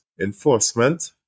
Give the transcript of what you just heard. enforcement